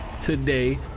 today